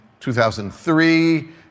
2003